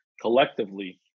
collectively